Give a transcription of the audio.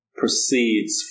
proceeds